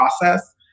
process